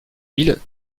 mille